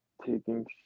taking